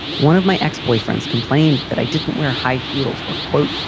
one of my ex boyfriends complained that i didn't wear high heels or, quote,